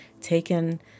taken